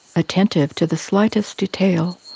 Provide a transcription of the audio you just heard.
attentive to the slightest detail,